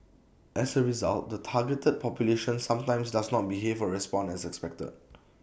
as A result the targeted population sometimes does not behave or respond as expected